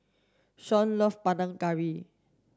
Shaun love Panang Curry